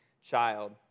child